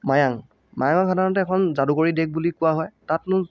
মায়াং মায়ং সাধাৰণতে এখন যাদুকৰী দেশ বুলি কোৱা হয় তাতনো